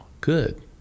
good